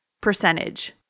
percentage